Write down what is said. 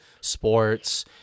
sports